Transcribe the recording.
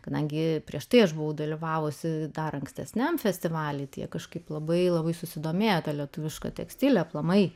kadangi prieš tai aš buvau dalyvavusi dar ankstesniam festivalyje tie kažkaip labai labai susidomėta lietuviška tekstilė aplamai